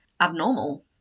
abnormal